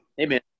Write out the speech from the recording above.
Amen